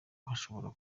hashobora